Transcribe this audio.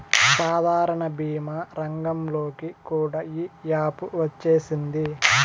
సాధారణ భీమా రంగంలోకి కూడా ఈ యాపు వచ్చేసింది